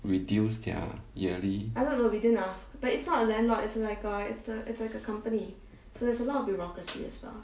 reduce their yearly